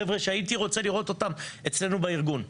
חבר'ה שהייתי רוצה לראות אותם אצלנו בארגון,